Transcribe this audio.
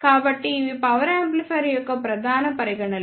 కాబట్టి ఇవి power amplifier యొక్క ప్రధాన పరిగణనలు